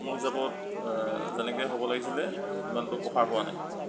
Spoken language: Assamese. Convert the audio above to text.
মোৰ হিচাপত যেনেকৈ হ'ব লাগিছিলে সিমানটো প্ৰসাৰ হোৱা নাই